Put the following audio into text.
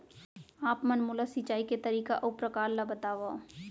आप मन मोला सिंचाई के तरीका अऊ प्रकार ल बतावव?